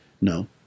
no